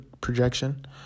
projection